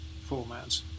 format